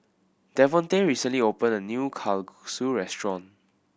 Devontae recently opened a new Kalguksu restaurant